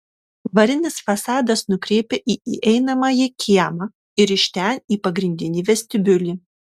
varinis fasadas nukreipia į įeinamąjį kiemą ir iš ten į pagrindinį vestibiulį